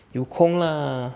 有空 lah